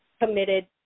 committed